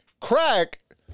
crack